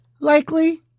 likely